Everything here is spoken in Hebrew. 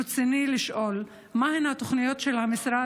רצוני לשאול: 1. מהן התוכניות של המשרד